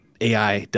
AI